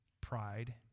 pride